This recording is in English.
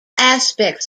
aspects